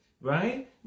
right